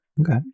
okay